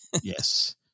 Yes